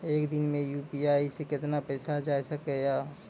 एक दिन मे यु.पी.आई से कितना पैसा जाय सके या?